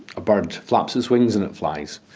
a bird flaps its wings and it flies,